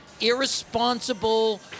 irresponsible